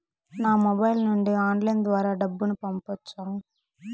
నా మొబైల్ నుండి ఆన్లైన్ ద్వారా డబ్బును పంపొచ్చా